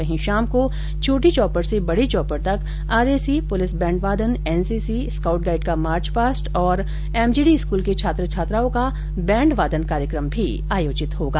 वहीं शाम को छोटी चौपड़ से बड़ी चौपड़ तक आरएसी पुलिस बैण्ड वादन एनसीसी स्कॉउट गाईड का मार्चपास्ट और एमजीडी स्कूल के छात्र छात्राओं का बैण्ड वादन कार्यक्रम आयोजित होगा